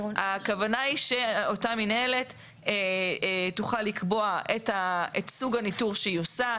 הכוונה היא שאותה מינהלת תוכל לקבוע את סוג הניטור שהיא עושה,